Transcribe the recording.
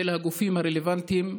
של הגופים הרלוונטיים.